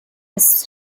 his